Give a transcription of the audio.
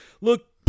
look